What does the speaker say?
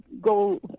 go